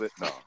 No